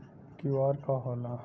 QR का होला?